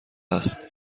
است